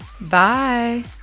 bye